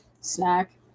snack